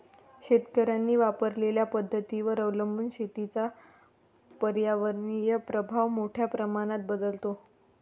शेतकऱ्यांनी वापरलेल्या पद्धतींवर अवलंबून शेतीचा पर्यावरणीय प्रभाव मोठ्या प्रमाणात बदलतो